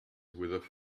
with